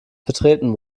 betreten